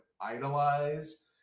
idolize